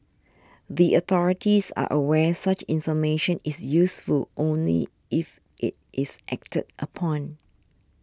the authorities are aware such information is useful only if it is acted upon